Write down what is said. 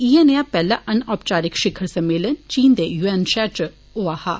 इयै नेहा पैहला अन औपचारिक शिखर सम्मेलन चीन दे नूहान शैहर इच होआ हा